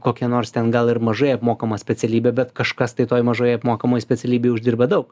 kokią nors ten gal ir mažai apmokamą specialybę bet kažkas tai toj mažai apmokamoj specialybėj uždirba daug